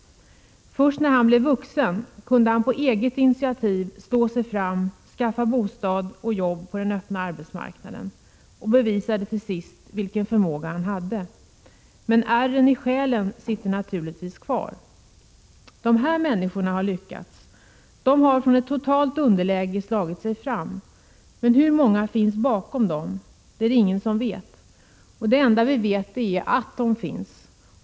Först när Jan blev vuxen kunde han på eget initiativ slå sig fram, skaffa bostad och jobb på den öppna arbetsmarknaden och till sist bevisa vilken förmåga han hade. Men ärren i själen sitter naturligtvis kvar. De här människorna har lyckats. De har från ett totalt underläge slagit sig fram. Men hur många finns bakom dem? Ingen vet. Det enda vi vet är att de finns.